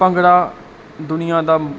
ਭਗੜਾ ਦੁਨੀਆ ਦਾ